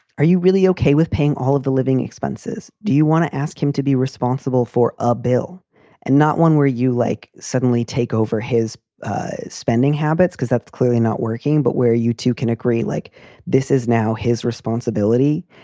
are you really ok with paying all of the living expenses? do you want to ask him to be responsible for a bill and not one where you, like, suddenly take over his spending habits? because that's clearly not working, but where you two can agree like this is now his responsibility.